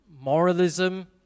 moralism